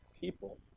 people